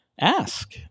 ask